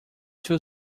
two